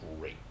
great